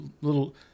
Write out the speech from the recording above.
little